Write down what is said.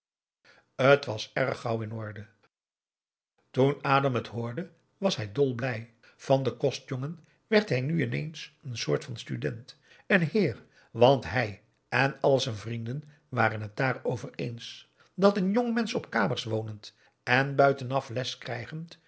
t was erg gauw in orde toen adam het hoorde was hij dolblij van den kostjongen werd hij nu ineens een soort van student een heer want hij en al z'n vrienden waren het daarover eens dat n jongmensch op kamers wonend en buitenaf les krijgend